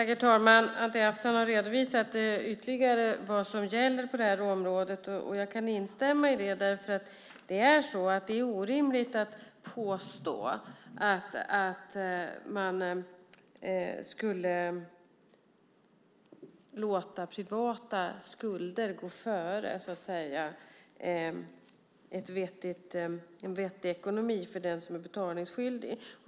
Herr talman! Anti Avsan har ytterligare redovisat vad som gäller på området. Jag kan instämma i det. Det är orimligt att påstå att man skulle låta privata skulder gå före en vettig ekonomi för den som är betalningsskyldig.